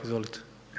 Izvolite.